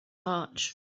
march